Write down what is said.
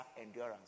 endurance